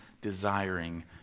desiring